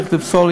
צריך לפסול,